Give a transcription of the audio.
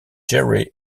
jerry